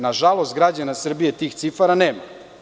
Na žalost građana Srbije, tih cifara nema.